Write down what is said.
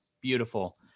Beautiful